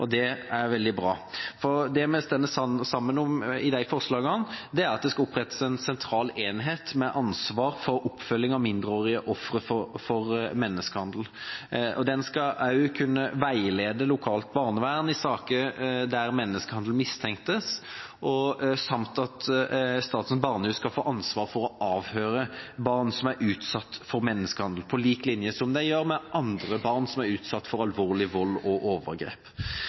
Det er veldig bra. Det vi står sammen om i forslag til vedtak, er at det skal opprettes en sentral enhet med ansvar for oppfølging av mindreårige ofre for menneskehandel. Den skal også kunne veilede lokalt barnevern i saker der menneskehandel mistenkes, samt at Statens barnehus skal få ansvar for å avhøre barn som er utsatt for menneskehandel, på lik linje med det de gjør med andre barn som er utsatt for alvorlig vold og overgrep.